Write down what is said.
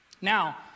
Now